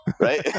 right